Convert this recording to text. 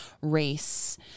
race